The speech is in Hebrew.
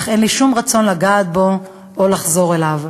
אך אין לי שום רצון לגעת בו או לחזור אליו.